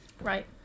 Right